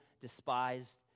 despised